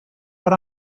but